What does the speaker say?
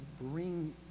Bring